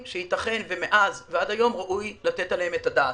שייתכן שמאז ועד היום ראוי לתת עליהם את הדעת.